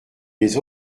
des